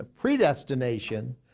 predestination